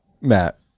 Matt